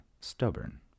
stubborn